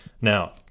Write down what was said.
Now